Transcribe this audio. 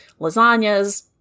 lasagnas